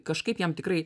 kažkaip jam tikrai